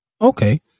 Okay